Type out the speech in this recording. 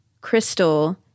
Crystal